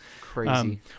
Crazy